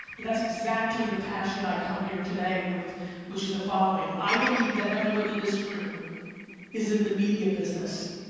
but that's exactly the passion i come here today with which is the following, i believe that everybody in this room is in the media business.